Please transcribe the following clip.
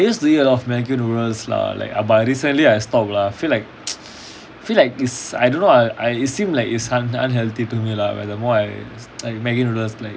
I mean I I I use to eat a lot of maggi noodles lah like but recently I stopped lah feel like feel like it's I don't know ah it seems like it's unhealthy to me lah the more I maggi noodles it's like